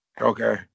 Okay